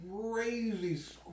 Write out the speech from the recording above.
crazy